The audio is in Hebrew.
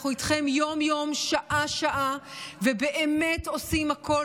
אנחנו איתכם יום-יום, שעה-שעה, ובאמת עושים הכול.